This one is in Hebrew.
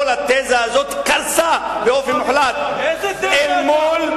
כל התזה הזאת קרסה באופן מוחלט אל מול,